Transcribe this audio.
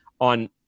on